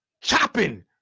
chopping